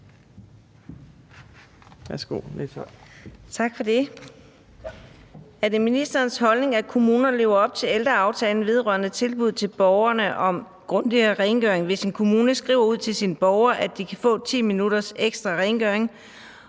Er det ministerens holdning, at kommuner lever op til ældreaftalen vedrørende tilbuddet til borgerne om grundigere rengøring, hvis en kommune skriver ud til sine borgere, at de kan få 10 minutters ekstra rengøring,